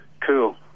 Cool